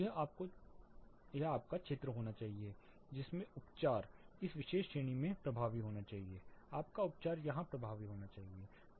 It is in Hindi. यह आपका क्षेत्र होना चाहिए जिसमें उपचार इस विशेष श्रेणी में प्रभावी होना चाहिए आपका उपचार यहां प्रभावी होना चाहिए